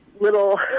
little